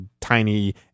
tiny